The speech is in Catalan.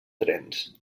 trens